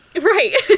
Right